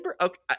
Okay